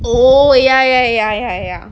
oh ya ya ya ya ya